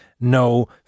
no